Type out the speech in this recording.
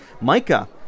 Mica